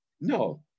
No